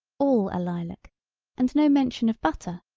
all a lilac and no mention of butter,